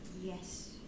yes